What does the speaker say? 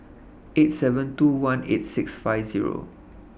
eight seven two one eight six five Zero